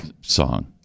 song